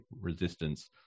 resistance